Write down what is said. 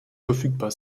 verfügbar